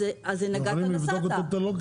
אז זה "נגעת-נסעת".